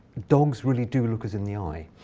dogs really do look us in the eye.